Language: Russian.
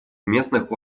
местных